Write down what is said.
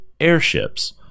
airships